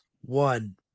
One